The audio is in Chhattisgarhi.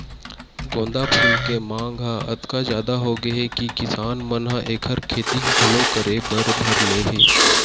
गोंदा फूल के मांग ह अतका जादा होगे हे कि किसान मन ह एखर खेती घलो करे बर धर ले हे